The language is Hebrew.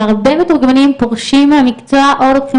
שהרבה מהמתורגמנים פורשים מהמקצוע או לוקחים